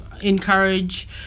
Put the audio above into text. encourage